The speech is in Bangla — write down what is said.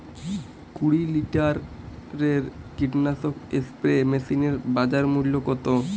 কুরি লিটারের কীটনাশক স্প্রে মেশিনের বাজার মূল্য কতো?